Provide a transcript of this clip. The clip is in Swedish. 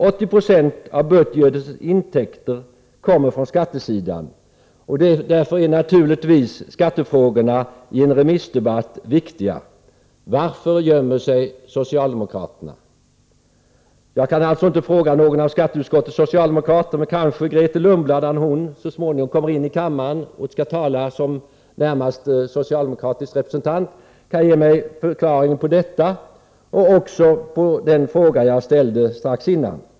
80 70 av budgetens intäkter kommer från skattesidan, därför är naturligtvis skattefrågorna i en remissdebatt viktiga. Varför gömmer sig socialdemokraterna? Jag kan alltså inte fråga någon av skatteutskottets socialdemokrater, men kanske Grethe Lundblad, när hon så småningom kommer in i kammaren och skall tala som närmaste socialdemokratiska representant, kan ge mig en förklaring på detta och även ett svar på den fråga jag ställde strax innan.